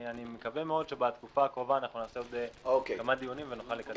אני מקווה מאוד שבתקופה הקרובה נערוך עוד כמה דיונים ונוכל לקדם את זה.